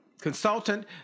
consultant